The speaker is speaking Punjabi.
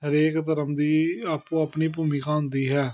ਹਰੇਕ ਧਰਮ ਦੀ ਆਪੋ ਆਪਣੀ ਭੂਮਿਕਾ ਹੁੰਦੀ ਹੈ